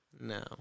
No